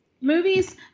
movies